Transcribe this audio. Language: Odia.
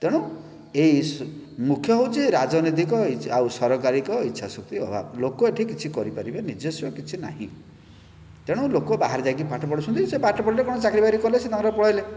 ତେଣୁୁ ଏଇ ମୁଖ୍ୟ ହେଉଛି ରାଜନୀତିକ ଇଚ୍ଛା ଆଉ ସରକାରୀଙ୍କ ଇଚ୍ଛା ଶକ୍ତିର ଅଭାବ ଲୋକ ଏଠି କିଛି କରିପାରିବେ ନିଜସ୍ୱ କିଛି ନାହିଁ ତେଣୁ ଲୋକ ବାହାରେ ଯାଇକି ପାଠ ପଢ଼ୁଛନ୍ତି ସେ ପାଠ ପଢ଼ିଲେ ଚାକିରୀଫାକିରି କଲେ ସେ ପଳେଇଲେ